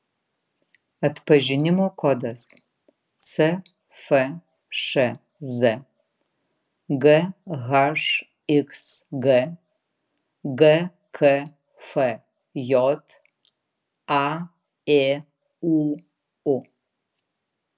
atpažinimo kodas cfšz ghxg gkfj aėūu